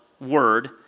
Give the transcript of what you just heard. word